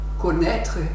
connaître